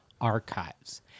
Archives